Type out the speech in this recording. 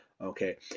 Okay